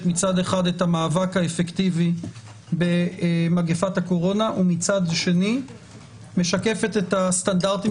מצד אחד את המאבק האפקטיבי במגפת הקורונה ומצד שני משקפת את הסטנדרטים